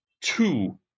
two